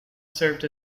served